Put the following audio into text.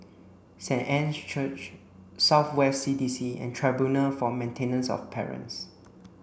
Saint Anne's Church South West C D C and Tribunal for Maintenance of Parents